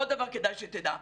עוד דבר כדאי שתדע.